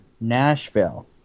Nashville